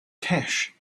cash